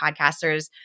podcasters